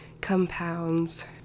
compounds